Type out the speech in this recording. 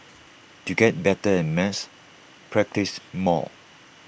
to get better at maths practise more